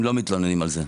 הם לא מתלוננים על זה.